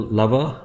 lover